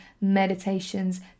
meditations